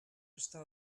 està